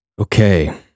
Okay